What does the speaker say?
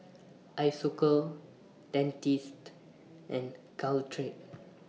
Isocal Dentiste and Caltrate